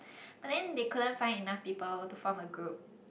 but then they couldn't find enough people to form a group